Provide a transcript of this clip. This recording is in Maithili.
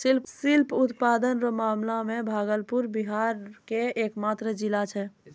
सिल्क उत्पादन रो मामला मे भागलपुर बिहार के एकमात्र जिला छै